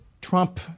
Trump –